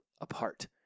apart